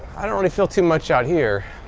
i don't really feel too much out here.